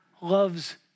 loves